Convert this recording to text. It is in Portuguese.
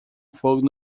fogo